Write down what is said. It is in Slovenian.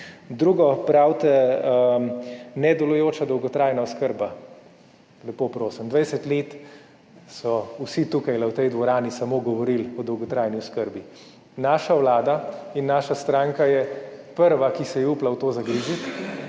Drugo, pravite, da imamo nedelujočo dolgotrajno oskrbo. Lepo prosim, 20 let so vsi tukaj v tej dvorani samo govorili o dolgotrajni oskrbi. Naša vlada in naša stranka je prva, ki je upala v to zagristi